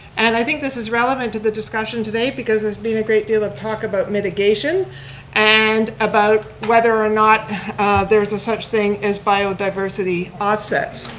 and i think this is relevant to the discussion today because there's been a great deal of talk about mitigation and about whether or not there's a such thing as biodiversity offsets.